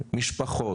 משפחות